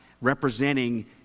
representing